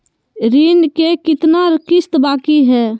ऋण के कितना किस्त बाकी है?